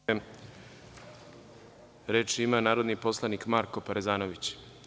Reč ima narodni poslanik Marko Parezanović.